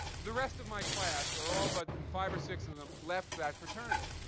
the rest of my class or all but five or six of them left that fraternity.